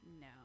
No